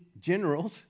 generals